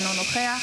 אינו נוכח